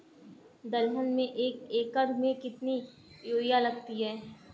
दलहन में एक एकण में कितनी यूरिया लगती है?